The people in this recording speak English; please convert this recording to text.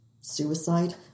suicide